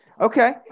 Okay